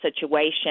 situation